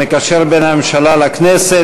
המקשר בין הממשלה לכנסת.